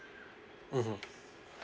mmhmm